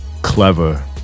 Clever